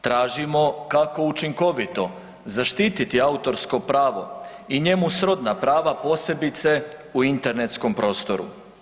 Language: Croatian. Tražimo kako učinkovito zaštiti autorsko pravo i njemu srodna prava, posebice u internetskom prostoru.